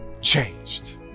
changed